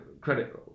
credit